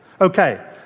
Okay